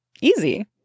Easy